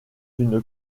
une